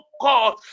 god